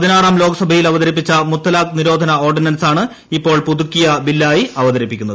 പതിനാറാം ലോക്സഭയിൽ അവതരിപ്പിച്ച മുത്തലാഖ് നിരോധന ഓർഡിനൻസാണ് ഇപ്പോൾ പുതുക്കിയ ബില്ലായി അവതരിപ്പിക്കുന്നത്